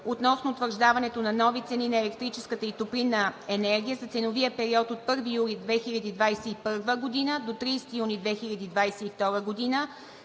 относно утвърждаването на нови цени на електрическата и топлинна енергия за ценовия период от 1 юли 2021 г. до 30 юни 2022 г.,